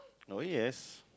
oh yes